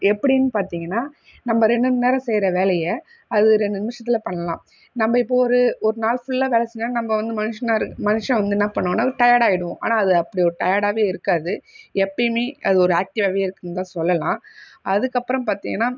எப்படின்னு பாத்தீங்கன்னா நம்ம இரண்டு மணிநேரம் செய்கிற வேலையை அது இரண்டு நிமிஷத்தில் பண்ணலாம் நம்ம இப்போ ஒரு ஒரு நாள் ஃபுல்லா வேலை செஞ்சாலும் நம்ம வந்து மனுஷனா மனுஷன் வந்து என்னா பண்ணுவான்னா டயட் ஆகிடுவோம் ஆனால் அது அப்படி ஒரு டயட்டாவே இருக்காது எப்பவுமே அது ஒரு ஆக்டிவாவே தான் இருக்குன்னு சொல்லலாம் அதுக்கு அப்பறம் பார்த்தீங்கன்னா